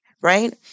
right